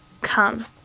come